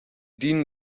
dienen